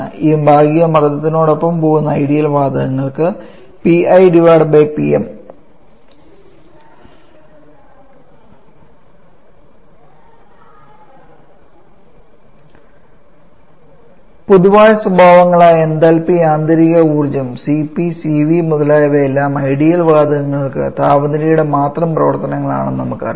ഈ ഭാഗിക മർദ്ദത്തിനൊപ്പം പോകുന്ന ഐഡിയൽ വാതകങ്ങൾക്ക് പൊതുവായ സ്വഭാവങ്ങളായ എന്തൽപി ആന്തരിക ഊർജ്ജം Cp Cv മുതലായവയെല്ലാം ഐഡിയൽ വാതകങ്ങൾക്ക് താപനിലയുടെ മാത്രം പ്രവർത്തനങ്ങളാണെന്ന് നമുക്കറിയാം